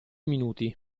minuti